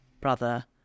brother